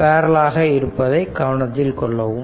parallel ஆக இருப்பதை கவனத்தில் கொள்ளவும்